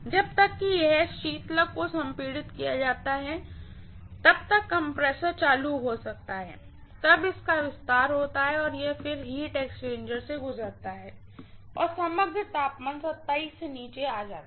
जब तक कि शीतलक को संपीड़ित किया जाता है तब तक कंप्रेसर चालू हो सकता है और तब इसका विस्तार होता है और फिर यह हीट एक्सचेंजर से गुजरता है और समग्र तापमान 27 ° से नीचे आ जाता है